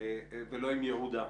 ולא עם ייעודה.